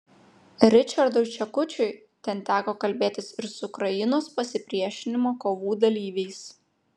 ričardui čekučiui ten teko kalbėtis ir su ukrainos pasipriešinimo kovų dalyviais